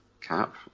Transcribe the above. cap